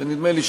ונדמה לי,